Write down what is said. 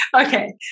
Okay